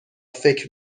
فکر